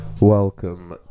welcome